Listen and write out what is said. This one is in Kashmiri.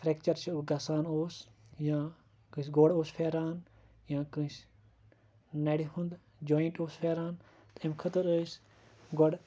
فریٚکچَر چھِ گَژھان اوس یا کٲنٛسہِ گوٚڑ اوس پھیران یا کٲنٛسہِ نَرِ ہُنٛد جویِنٹ اوس پھیران تہٕ امہِ خٲطرٕ ٲسۍ گۄڈٕ